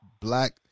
Black